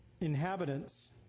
inhabitants